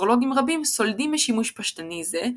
אסטרולוגים רבים סולדים משימוש פשטני זה,